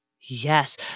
Yes